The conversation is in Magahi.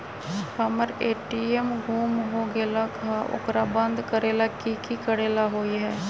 हमर ए.टी.एम गुम हो गेलक ह ओकरा बंद करेला कि कि करेला होई है?